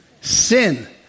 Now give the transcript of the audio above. Sin